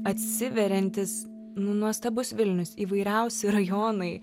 atsiveriantis nuostabus vilnius įvairiausi rajonai